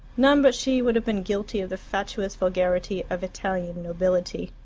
none but she would have been guilty of the fatuous vulgarity of italian nobility.